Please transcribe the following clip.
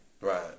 right